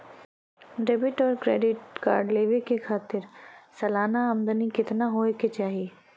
Debit और credit card लेवे के खातिर सलाना आमदनी कितना हो ये के चाही?